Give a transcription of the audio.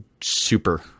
super